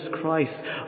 Christ